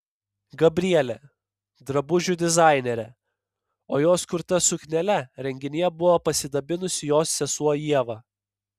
gabrielė drabužių dizainerė o jos kurta suknele renginyje buvo pasidabinusi jos sesuo ieva